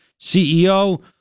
CEO